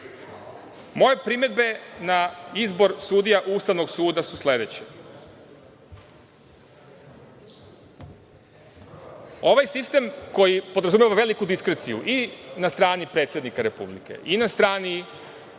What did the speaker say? primedbe na izbor sudija Ustavnog suda su sledeće. Ovaj sistem koji podrazumeva veliku diskreciju i na strani predsednika Republike i na strani